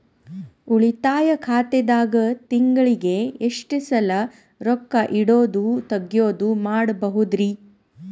ಉಳಿತಾಯ ಖಾತೆದಾಗ ತಿಂಗಳಿಗೆ ಎಷ್ಟ ಸಲ ರೊಕ್ಕ ಇಡೋದು, ತಗ್ಯೊದು ಮಾಡಬಹುದ್ರಿ?